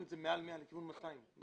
את הסכום מעל 100,000 לכיוון 200,000. אתה